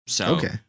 Okay